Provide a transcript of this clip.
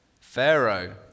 Pharaoh